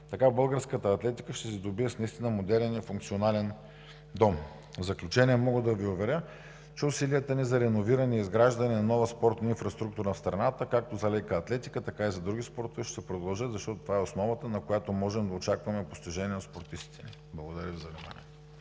Така българската атлетика ще се сдобие наистина с модерен и функционален дом. В заключение, мога да Ви уверя, че усилията ни за реновиране и изграждане на нова спортна инфраструктура в страната както за леката атлетика, така и за другите спортове ще продължат, защото това е основата, на която можем да очакваме постижения от спортистите. Благодаря Ви за вниманието.